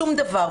שום דבר,